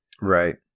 right